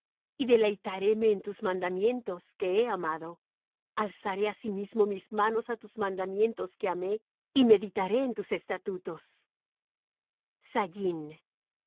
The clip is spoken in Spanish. y deleitaréme en tus mandamientos que he amado alzaré asimismo mis manos á tus mandamientos que amé y meditaré en tus estatutos